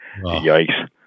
yikes